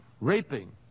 raping